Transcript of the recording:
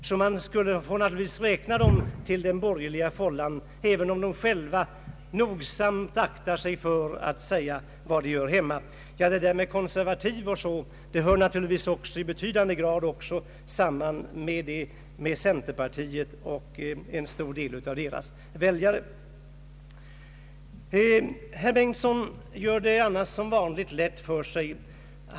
Man får naturligtvis därför räkna partiet till den borgerliga fållan, även om det nogsamt aktar sig för att säga var det hör hemma. Ja, konservatismen har partiet naturligtvis i betydande grad gemensamt med centerpartiet och en stor del av dess väljare. Herr Bengtson gör det annars som vanligt lätt för sig.